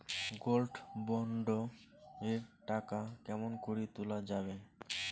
Gold bond এর টাকা কেমন করি তুলা যাবে?